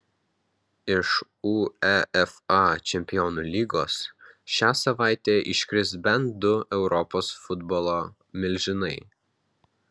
iš uefa čempionų lygos šią savaitę iškris bent du europos futbolo milžinai